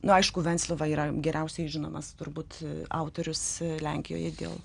nu aišku venclova yra geriausiai žinomas turbūt autorius lenkijoje dėl